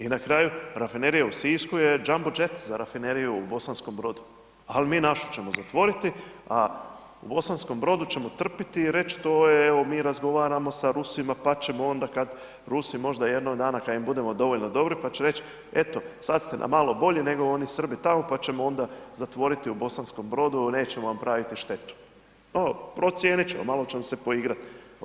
I na kraju, rafinerija u Sisku je jumbo jet za rafineriju u Bosanskom Brodu ali mi našu ćemo zatvoriti a Bosanskom Brodu ćemo trpjeti i reći to je evo mi razgovaramo sa Rusima pa ćemo onda kad Rusi jednog dana kad im budemo dovoljno dobri pa će reći eto, sad ste nam malo bolji nego ni Srbi tamo pa ćemo onda zatvoriti u Bosanskom Brodu, nećemo vam praviti štetu, ono procijenit ćemo, malo ćemo se poigrati.